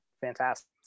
fantastic